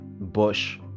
Bush